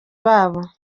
babo